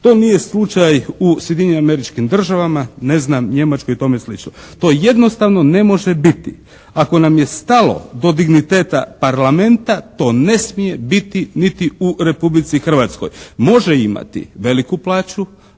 to nije slučaj u Sjedinjenim Američkim Državama, ne znam, Njemačkoj i tome slično. To jednostavno ne može biti. Ako nam je stalo do digniteta Parlamenta to ne smije biti niti u Republici Hrvatskoj. Može imati veliku plaću,